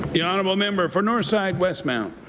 the honourable member for northside westmount.